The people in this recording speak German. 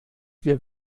wir